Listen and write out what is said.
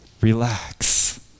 relax